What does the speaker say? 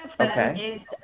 Okay